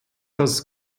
das